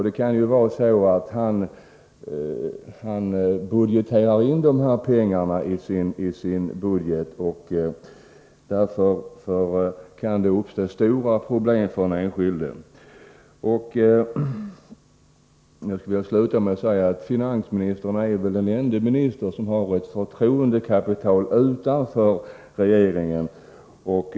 Det kan ju vara så att han har räknat med pengarna i sin budget, och därför kan det uppstå stora problem för den enskilde. Jag skulle vilja avsluta med att säga att finansministern väl är den ende minister som har ett förtroendekapital utanför regeringen.